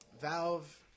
Valve